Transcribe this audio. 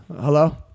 Hello